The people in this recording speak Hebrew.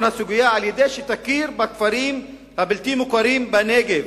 הסוגיה על-ידי שתכיר בכפרים הבלתי-מוכרים בנגב,